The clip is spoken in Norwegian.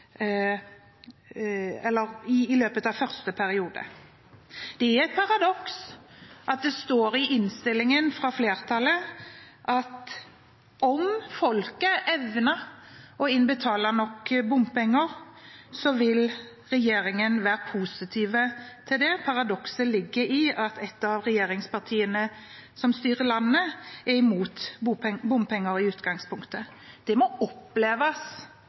innstillingen fra flertallet at om folket evner å innbetale nok bompenger, vil regjeringen være positive til det. Paradokset ligger i at et av regjeringspartiene som styrer landet, er imot bompenger i utgangspunktet. Det må oppleves